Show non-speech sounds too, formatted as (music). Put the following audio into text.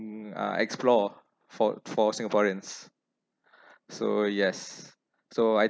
mm uh explore for for singaporeans (breath) so yes so I